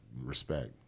Respect